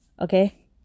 Okay